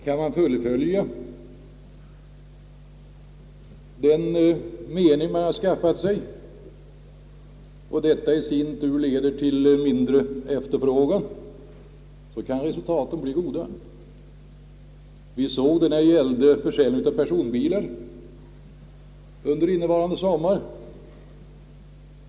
Kan man fullfölja den mening man har skaffat sig och kan detta i sin tur leda till mindre efterfrågan, kan resultaten bli goda. Vi såg det när det gällde försäljningen av personbilar under innevarande sommar.